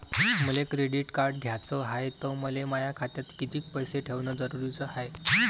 मले credit card घ्याचं हाय, त मले माया खात्यात कितीक पैसे ठेवणं जरुरीच हाय?